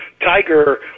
Tiger